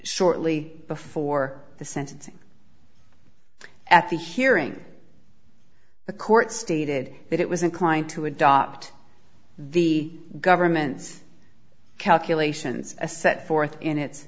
shortly before the sentencing at the hearing the court stated that it was inclined to adopt the government's calculations a set forth in its